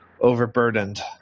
overburdened